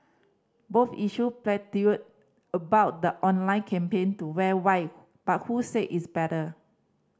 both issued about the online campaign to wear white but who said is better